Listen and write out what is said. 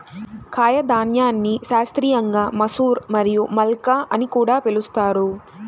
కాయధాన్యాన్ని శాస్త్రీయంగా మసూర్ మరియు మల్కా అని కూడా పిలుస్తారు